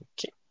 Okay